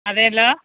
അതേലോ